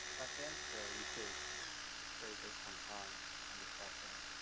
back then so you could trade bitcoin on on this platform.